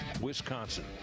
wisconsin